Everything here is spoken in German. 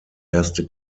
erste